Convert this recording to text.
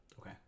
okay